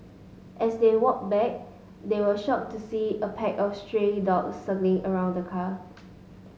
as they walked back they were shocked to see a pack of stray dogs circling around the car